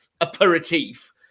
aperitif